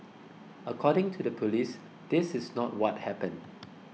according to the police this is not what happened